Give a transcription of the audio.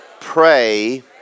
pray